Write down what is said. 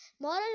Moral